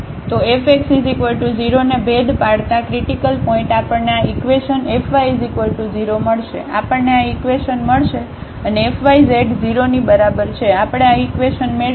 તો Fx0 ને ભેદ પાડતા ક્રિટીકલ પોઇન્ટ આપણને આ ઇકવેશન Fy0 મળશે આપણને આ ઇકવેશન મળશે અને F y z 0 ની બરાબર છે આપણે આ ઇકવેશન મેળવીશું